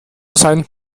sein